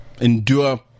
Endure